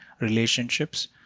relationships